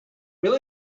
will